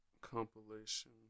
compilation